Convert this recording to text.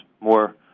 more